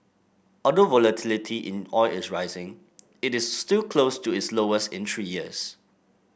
although volatility in oil is rising it is still close to its lowest in three years